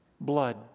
Blood